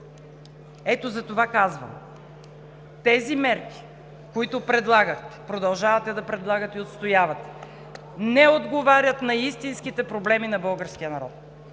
Ето затова казвам: тези мерки, които предлагате, продължавате да предлагате и отстоявате, не отговарят на истинските проблеми на българския народ.